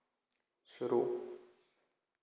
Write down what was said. शुरू